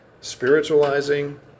spiritualizing